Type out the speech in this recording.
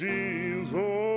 Jesus